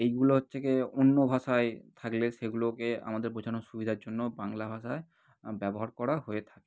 এইগুলো হচ্ছে গিয়ে অন্য ভাষায় থাকলে সেগুলোকে আমাদের বোঝানোর সুবিধার জন্য বাংলা ভাষায় ব্যবহার করা হয়ে থাকে